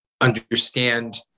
understand